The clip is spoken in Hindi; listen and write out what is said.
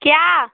क्या